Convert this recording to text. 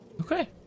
Okay